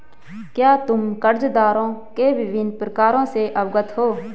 क्या तुम कर्जदारों के विभिन्न प्रकारों से अवगत हो?